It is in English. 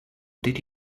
did